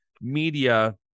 media